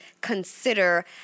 consider